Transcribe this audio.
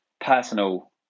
personal